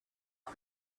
out